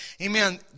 Amen